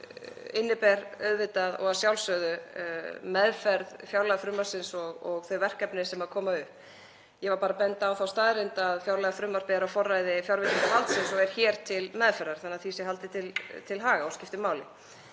Það inniber að sjálfsögðu meðferð fjárlagafrumvarpsins og þau verkefni sem koma upp. Ég var bara að benda á þá staðreynd að fjárlagafrumvarpið er á forræði fjárveitingavaldsins og er hér til meðferðar, þannig að því sé haldið til haga, það skiptir máli.